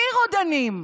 מי רודנים?